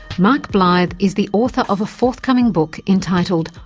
mark blyth is the author of a forthcoming book entitled,